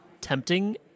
tempting